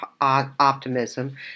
optimism